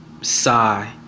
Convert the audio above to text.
sigh